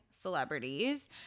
celebrities